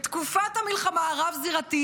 בתקופת המלחמה הרב-זירתית,